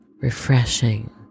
refreshing